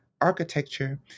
architecture